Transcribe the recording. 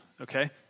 okay